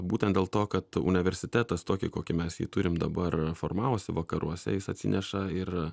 būtent dėl to kad universitetas tokį kokį mes jį turim dabar formavosi vakaruose jis atsineša ir